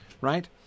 right